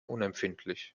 unempfindlich